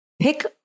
Pick